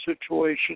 situation